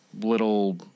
little